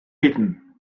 iten